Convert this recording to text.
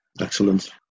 Excellent